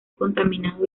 contaminado